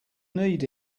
need